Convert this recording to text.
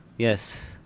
Yes